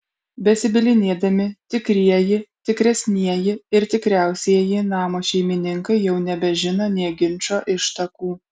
besibylinėdami tikrieji tikresnieji ir tikriausieji namo šeimininkai jau nebežino nė ginčo ištakų